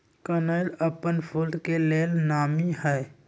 कनइल अप्पन फूल के लेल नामी हइ